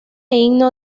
himno